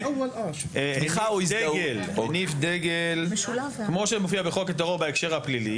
אם מורה הניף דגל כמו שמופיע בחוק הטרור בהקשר הפלילי,